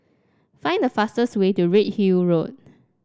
find the fastest way to Redhill Road